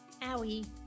Owie